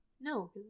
No